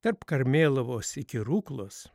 tarp karmėlavos iki ruklos